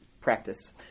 practice